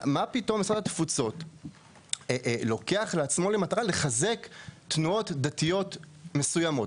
מה פתאום משרד התפוצות לוקח לעצמו למטרה לחזק תנועות דתיות מסוימות?